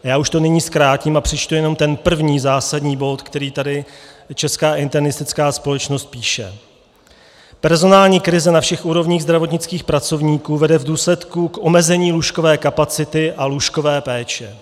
A já už to nyní zkrátím a přečtu jenom ten první zásadní bod, který tady Česká internistická společnost píše: Personální krize na všech úrovních zdravotnických pracovníků vede v důsledku k omezení lůžkové kapacity a lůžkové péče.